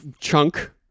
Chunk